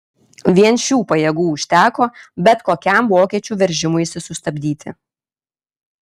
vien šių pajėgų užteko bet kokiam vokiečių veržimuisi sustabdyti